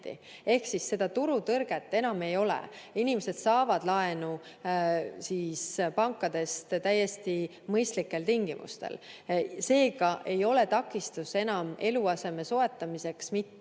Ehk siis seda turutõrget enam ei ole. Inimesed saavad pankadest laenu täiesti mõistlikel tingimustel. Seega ei ole takistus eluaseme soetamiseks enam